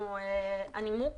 הנימוק